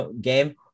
game